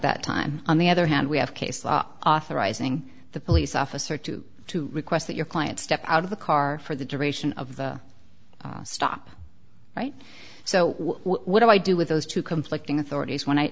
that time on the other hand we have case law authorizing the police officer to to request that your client step out of the car for the duration of the stop right so what do i do with those two complex authorities when i